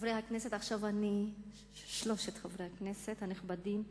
חברי הכנסת, עכשיו, שלושת חברי הכנסת הנכבדים,